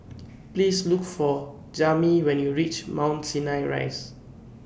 Please Look For Jami when YOU REACH Mount Sinai Rise